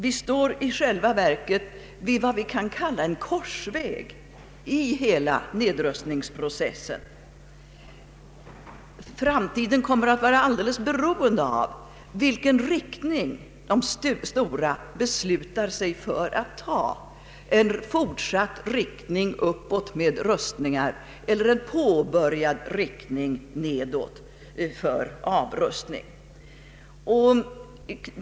Vi står i själva verket vid vad vi kan kalla en korsväg i hela nedrustningsprocessen. Framtiden kommer att bli beroende av vilken riktning de stora beslutar sig för att ta — en fortsatt riktning uppåt med än mer rustningar eller en påbörjad riktning nedåt för avrustning.